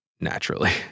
naturally